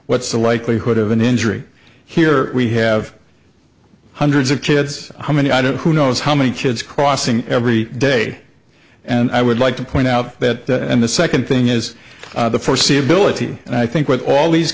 what's the likelihood of an injury here we have hundreds of kids how many i don't who knows how many kids crossing every day and i would like to point out that the second thing is foreseeability and i think with all these